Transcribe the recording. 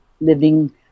living